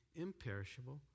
imperishable